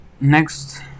Next